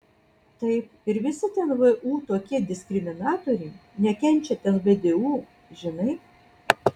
taip ir visi ten vu tokie diskriminatoriai nekenčia ten vdu žinai